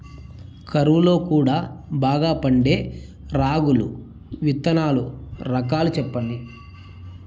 కరువు లో కూడా బాగా పండే రాగులు విత్తనాలు రకాలు చెప్పండి?